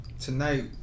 Tonight